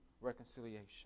reconciliation